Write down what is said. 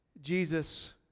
Jesus